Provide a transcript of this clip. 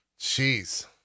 jeez